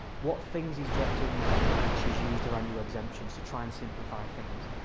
what things he's dropped in there like she's used her annual exemptions to try and simplify things.